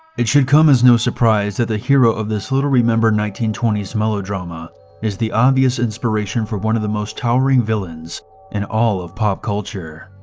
it should come as no surprise that the hero of this little-remembered nineteen twenty s melodrama is the obvious inspiration for one of the most towering villains in all of pop culture.